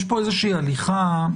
יש כאן איזושהי הליכה,